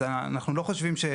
לכן, אנחנו לא חושבים שיש